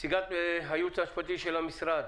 נציגת הייעוץ המשפטי של המשרד.